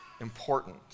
important